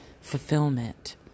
fulfillment